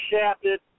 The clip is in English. shafted